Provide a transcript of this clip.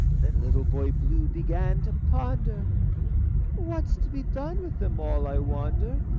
then little boy blue began to ponder what's to be done with them all, i wonder.